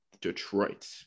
Detroit